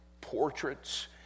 portraits